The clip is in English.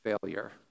failure